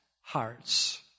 hearts